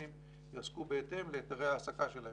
הפלסטינים יועסקו בהתאם להיתרי ההעסקה שלהם.